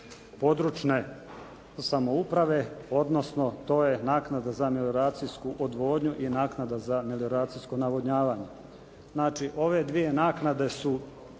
područne samouprave odnosno to je naknada za melioracijsku odvodnju i naknada za melioracijsko navodnjavanje. Znači ove dvije naknade su